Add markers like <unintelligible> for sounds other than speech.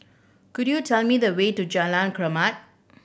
could you tell me the way to Jalan <unintelligible>